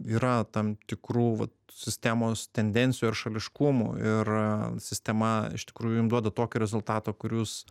yra tam tikrų vat sistemos tendencijų ar šališkumų ir sistema iš tikrųjų jum duoda tokį rezultatą kur jūs